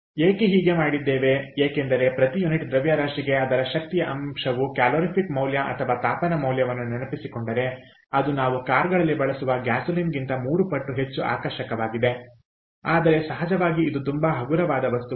ಏಕೆ ಹೀಗೆ ಮಾಡಿದ್ದೇವೆ ಏಕೆಂದರೆ ಪ್ರತಿ ಯುನಿಟ್ ದ್ರವ್ಯರಾಶಿಗೆ ಅದರ ಶಕ್ತಿಯ ಅಂಶವು ಕ್ಯಾಲೊರಿಫಿಕ್ ಮೌಲ್ಯ ಅಥವಾ ತಾಪನ ಮೌಲ್ಯವನ್ನು ನೆನಪಿಸಿಕೊಂಡರೆ ಅದು ನಾವು ಕಾರ್ಗಳಲ್ಲಿ ಬಳಸುವ ಗ್ಯಾಸೋಲಿನ್ಗಿಂತ ಮೂರು ಪಟ್ಟು ಹೆಚ್ಚು ಆಕರ್ಷಕವಾಗಿದೆ ಆದರೆ ಸಹಜವಾಗಿ ಇದು ತುಂಬಾ ಹಗುರವಾದ ವಸ್ತುವಾಗಿದೆ